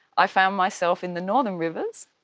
i found myself in the northern rivers,